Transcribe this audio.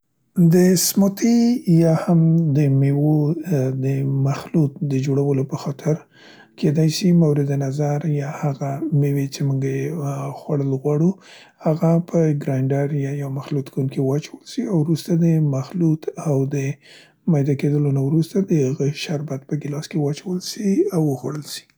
د سموتي یا هم د میوو د مخلوط د جوړول په خاطر کیدای سي مورد نظر یا هغه میوې څې مونګه یې خوړل غواړو هغه په ګرندر یا یو مخلوط کن کې واچول څي او وروسته د مخلوط اود میده کیدلو نه وروسته د هغه شربت په ګیلاس کې واچول سي او وخوړل سي.